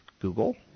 Google